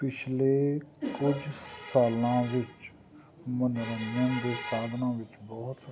ਪਿਛਲੇ ਕੁਝ ਸਾਲਾਂ ਵਿੱਚ ਮਨੋਰੰਜਨ ਦੇ ਸਾਧਨਾਂ ਵਿੱਚ ਬਹੁਤ